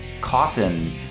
coffin